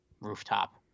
rooftop